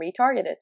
retargeted